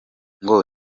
ngo